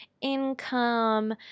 income